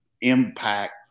impact